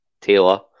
Taylor